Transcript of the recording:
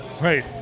Right